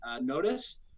notice